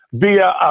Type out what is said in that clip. via